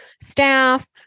staff